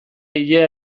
ilea